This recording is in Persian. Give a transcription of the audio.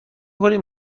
میکنید